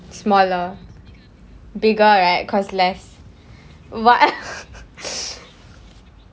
smaller bigger right because less but